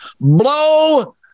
blow